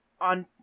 on